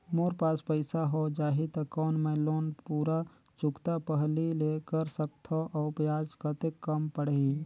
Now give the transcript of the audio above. मोर पास पईसा हो जाही त कौन मैं लोन पूरा चुकता पहली ले कर सकथव अउ ब्याज कतेक कम पड़ही?